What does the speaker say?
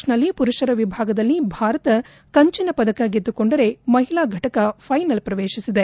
ಸ್ಟ್ವಾತ್ನಲ್ಲಿ ಮರುಷರ ವಿಭಾಗದಲ್ಲಿ ಭಾರತ ಕಂಚಿನ ಪದಕ ಗೆದ್ದುಕೊಂಡರೆ ಮಹಿಳಾ ಫಟಕ ಫೈನಲ್ ಪ್ರವೇಶಿಸಿದೆ